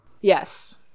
Yes